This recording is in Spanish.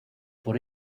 por